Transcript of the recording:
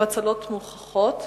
עם הצלחות מוכחות,